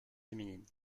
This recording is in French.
féminine